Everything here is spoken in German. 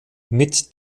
mit